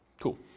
Cool